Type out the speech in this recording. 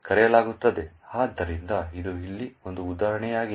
ಆದ್ದರಿಂದ ಇದು ಇಲ್ಲಿ ಒಂದು ಉದಾಹರಣೆಯಾಗಿದೆ